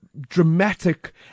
dramatic